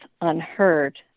unheard